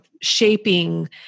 shaping